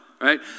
right